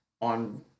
on